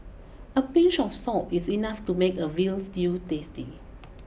a pinch of salt is enough to make a veal stew tasty